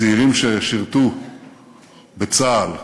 צעירים ששירתו בצה"ל,